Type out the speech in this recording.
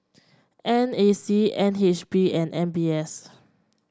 N A C N H B and M B S